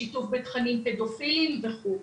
שיתוף בתכנים פדופילים וכולי.